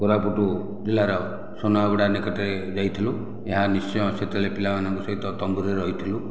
କୋରାପୁଟ ଜିଲ୍ଲାର ସୁନାବେଢା ନିକଟରେ ଯାଇଥିଲୁ ଏହା ନିଶ୍ଚୟ ସେତେବେଳେ ପିଲାମାନଙ୍କ ସହିତ ତମ୍ବୁରେ ରହିଥିଲୁ